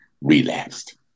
relapsed